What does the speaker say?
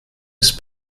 ist